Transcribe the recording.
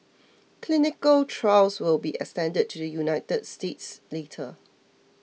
clinical trials will be extended to the United States later